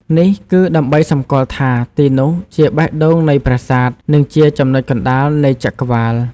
នេះគឺដើម្បីសម្គាល់ថាទីនោះជាបេះដូងនៃប្រាសាទ និងជាចំណុចកណ្ដាលនៃចក្រវាឡ។